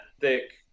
thick